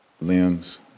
Limbs